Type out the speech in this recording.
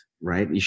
right